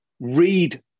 read